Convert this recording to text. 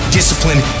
Discipline